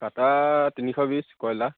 কটা তিনিশ বিছ কয়লা